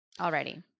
Already